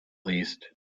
least